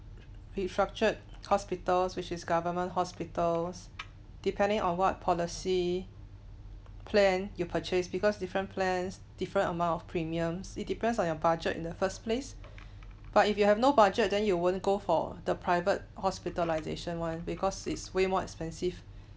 restructured hospitals which is government hospitals depending on what policy plan you purchase because different plans different amount of premiums it depends on your budget in the first place but if you have no budget then you won't go for the private hospitalisation one because it's way more expensive